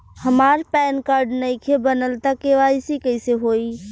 हमार PAN card नईखे बनल त के.वाइ.सी कइसे होई?